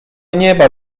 nieba